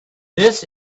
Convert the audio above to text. this